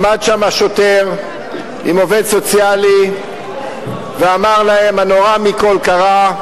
עמד שם שוטר עם עובד סוציאלי ואמר להם: הנורא מכול קרה,